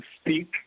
speak